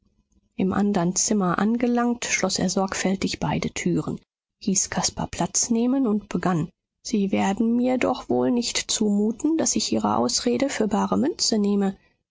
im andern zimmer angelangt schloß er sorgfältig beide türen hieß caspar platz nehmen und begann sie werden mir doch wohl nicht zumuten daß ich ihre ausrede für bare münze nehme